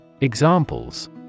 Examples